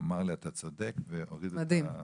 הוא אמר לי, אתה צודק והוריד את ---.